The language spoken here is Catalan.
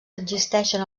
existeixen